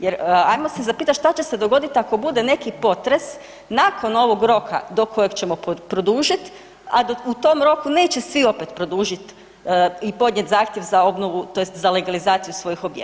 Jer hajmo se zapitati što će se dogoditi ako bude neki potres nakon ovoga roka do kojeg ćemo produžiti, a u tom roku neće svi opet produžiti i podnijeti zahtjev za obnovu tj. za legalizaciju svojih objekata.